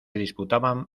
disputaban